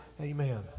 Amen